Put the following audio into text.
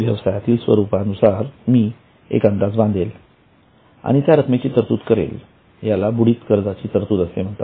व्यवसायाच्या स्वरूपानुसार मी एक अंदाज बांधेन आणि त्या रक्कमेची तरतूद करेल याला बुडीत कर्जाची तरतूद असे म्हणतात